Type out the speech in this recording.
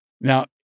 Now